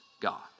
God